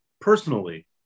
personally